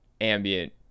ambient